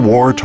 War